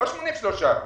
לא 83 אחוזים.